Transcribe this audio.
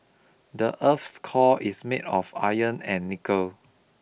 the earth's core is made of iron and nickel